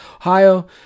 Ohio